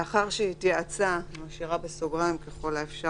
לאחר שהתייעצה" -- אני משאירה בסוגריים את "ככל האפשר"